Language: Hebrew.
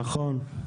נכון.